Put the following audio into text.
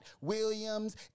Williams